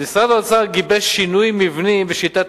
משרד האוצר גיבש שינוי מבני בשיטת